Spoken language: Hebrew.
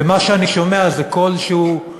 ומה שאני שומע זה קול שהוא,